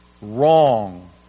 wrong